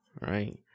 right